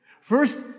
First